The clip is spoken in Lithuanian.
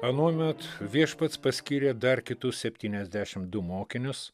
anuomet viešpats paskyrė dar kitus septyniasdešim du mokinius